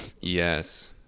yes